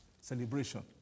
celebration